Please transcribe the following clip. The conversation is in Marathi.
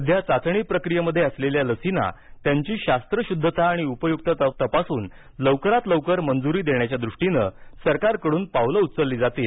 सध्या चाचणी प्रक्रीयेमध्ये असलेल्या लसींना त्यांची शास्त्रशुद्धता आणि उपयुक्तता तपासून लवकरात लवकर मंजुरी देण्याच्या दृष्टीनं सरकारकडून पावलं उचलली जातील